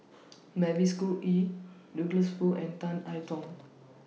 Mavis Khoo Oei Douglas Foo and Tan I Tong